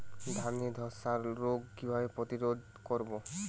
ধানে ধ্বসা রোগ কিভাবে প্রতিরোধ করব?